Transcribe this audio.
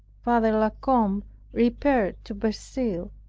father la combe repaired to verceil,